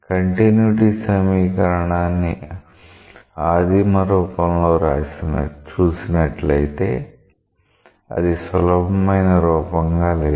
continuity సమీకరణాన్ని ఆదిమ రూపం లో చూసినట్లయితే అది సులభమైన రూపంగా లేదు